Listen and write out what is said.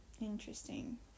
interesting